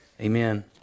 Amen